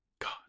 God